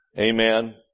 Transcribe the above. Amen